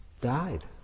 died